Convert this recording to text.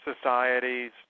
societies